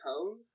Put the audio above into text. tone